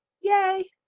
yay